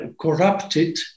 corrupted